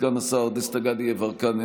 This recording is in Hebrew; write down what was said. סגן השר דסטה גדי יברקן,